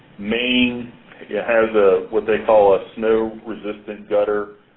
maine yeah has ah what they call a snow resistant gutter.